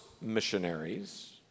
missionaries